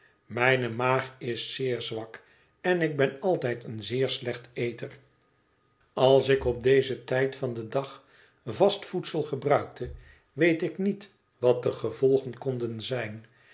mijne maag is zeer zwak en ik ben altijd een zeer slecht eter als ik op dezen tijd van den dag vast voedsel gebruikte weet ik niet wat de gevolgen konden zijn